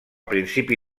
principi